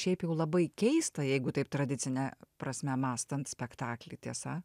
šiaip jau labai keista jeigu taip tradicine prasme mąstant spektaklį tiesa